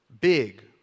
big